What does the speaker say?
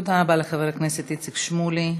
תודה רבה לחבר הכנסת איציק שמולי.